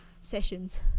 sessions